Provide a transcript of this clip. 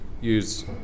use